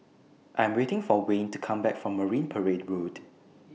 I'm waiting For Wayne to Come Back from Marine Parade Road